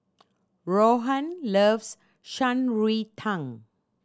Rohan loves Shan Rui Tang